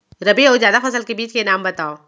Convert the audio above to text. रबि अऊ जादा फसल के बीज के नाम बताव?